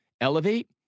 elevate